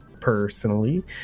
personally